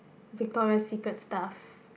Victoria Secret stuff